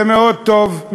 זה מאוד טוב,